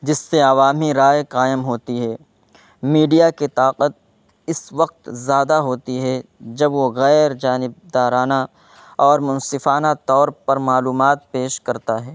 جس سے عوامی رائے قائم ہوتی ہے میڈیا کے طاقت اس وقت زیادہ ہوتی ہے جب وہ غیرجانبدارانہ اور منصفانہ طور پر معلومات پیش کرتا ہے